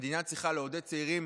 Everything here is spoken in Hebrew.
שהמדינה צריכה לעודד צעירים